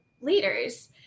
leaders